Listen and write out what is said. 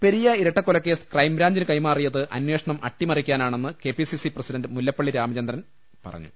പെരിയ ഇരട്ടക്കൊലക്കേസ് ക്രൈംബ്രാഞ്ചിന്റ് കൈമാറിയത് അന്വേഷണം അട്ടിമറിക്കാനാണെന്ന് K P C C president Mullappally Ramachandran പറഞ്ഞു